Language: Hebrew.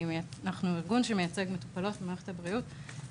אנחנו ארגון שמייצג מטופלות במערכת הבריאות.